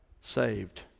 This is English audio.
saved